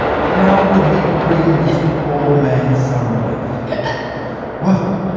how would he bring this poor man some relief? yeah well,